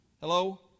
Hello